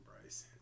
Bryce